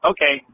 Okay